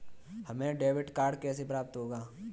हमें debit card कैसे प्राप्त होगा?